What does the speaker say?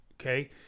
okay